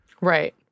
Right